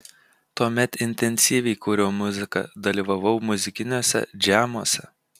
tuomet intensyviai kūriau muziką dalyvavau muzikiniuose džemuose